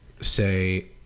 say